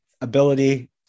ability